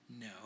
No